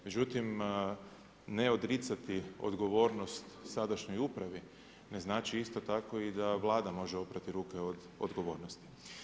Međutim, ne odricati odgovornost sadašnjoj upravi ne znači isto tako i da Vlada može oprati ruke od odgovornosti.